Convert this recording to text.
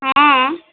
हॅं